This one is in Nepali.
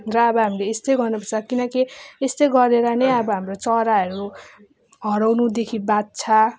र अब हामीले यस्तै गर्नुपर्छ किनकि यस्तै गरेर नै अब हाम्रो चराहरू हराउनुदेखि बाँच्छ